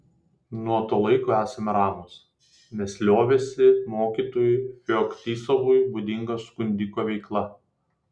nuo to laiko esame ramūs nes liovėsi mokytojui feoktistovui būdinga skundiko veikla